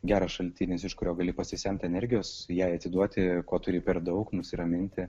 geras šaltinis iš kurio gali pasisemt energijos jei atiduoti ko turi per daug nusiraminti